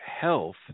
health